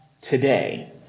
today